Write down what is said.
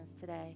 today